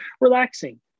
relaxing